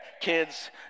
kids